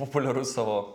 populiarus savo